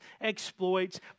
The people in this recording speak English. exploits